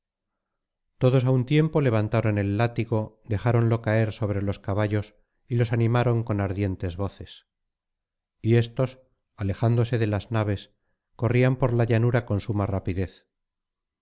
todos á un tiempo levantaron el látigo dejáronlo caer sobre los caballos y los animaron con ardientes voces y éstos alejándose de las naves corrían por la llanura con suma rapidez